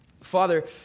Father